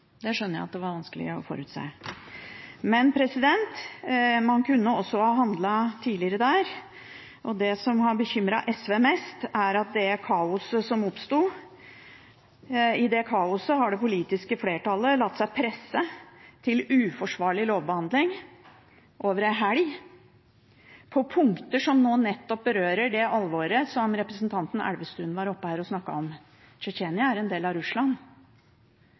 det skjønner jeg var vanskelig å forutse. Men man kunne også ha handlet tidligere der, og det som har bekymret SV mest, er at i det kaoset som oppsto, har det politiske flertallet latt seg presse til uforsvarlig lovbehandling, over en helg, på punkter som nettopp berører det alvoret som representanten Elvestuen var oppe her og snakket om – Tsjetsjenia er en del av Russland.